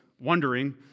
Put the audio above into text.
wondering